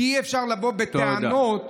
כי אי-אפשר לבוא בטענות,